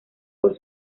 por